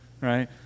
right